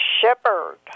shepherd